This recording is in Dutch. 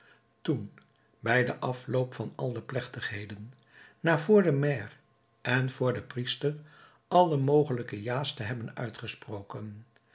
toen bij den afloop van al de plechtigheden na voor den maire en voor den priester alle mogelijke ja's te hebben uitgesproken